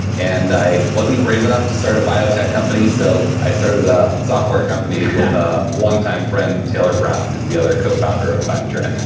and i wasn't brave enough to start a biotech company. so i started a software company with a longtime friend, taylor brown, is the other cofounder of fivetran.